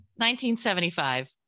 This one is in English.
1975